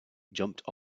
jumped